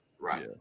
Right